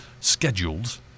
scheduled